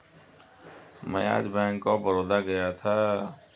मैं आज Bank of Baroda गया था